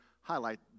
highlight